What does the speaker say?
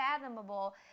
fathomable